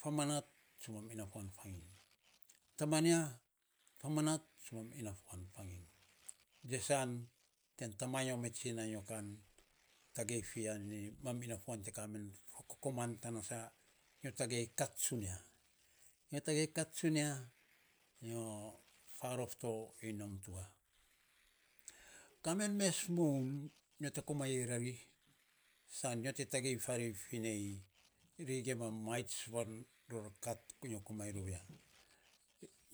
Fa ma nat sa mam inafuan fainy taman ya famanat sa ma inafuan fainy tsesan ten ta ma nyo me tsina nyotagei fi ya nei mam inafuan te ka men fikokoman tana sa nyo tagei kat tsunia, ri tagei kat tsunia ri farof to ri nom to wa, ka men mes moun nyo te komainyrari san nyo te tagei farei fi ya finei ri gima matsua tan kat nyo te komainy rou ya